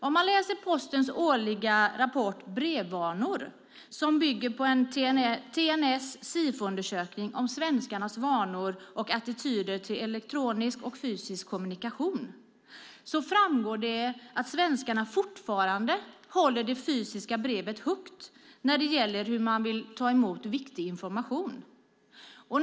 Om man läser Postens årliga rapport Brevvanor som bygger på en TNS-Sifoundersökning om svenskarnas vanor och attityder till elektronisk och fysisk kommunikation framgår det att svenskarna fortfarande håller det fysiska brevet högt när det gäller hur man vill ta emot viktig information.